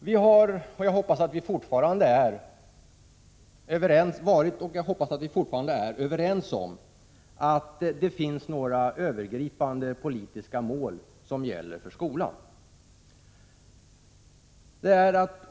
Vi har varit — och jag får hoppas att vi fortfarande är — överens om att det finns övergripande politiska mål som gäller för skolan.